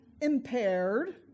impaired